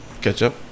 ketchup